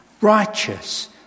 righteous